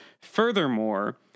furthermore